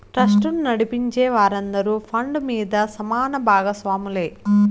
ట్రస్టును నడిపించే వారందరూ ఫండ్ మీద సమాన బాగస్వాములే